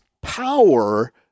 Power